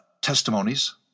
testimonies